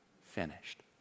finished